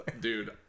Dude